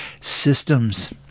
systems